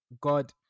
god